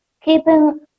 keeping